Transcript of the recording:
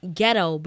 ghetto